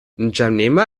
n’djamena